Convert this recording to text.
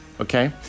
okay